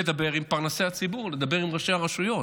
לדבר עם פרנסי הציבור, לדבר עם ראשי הרשויות.